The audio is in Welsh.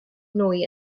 nwy